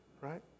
right